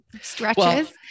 stretches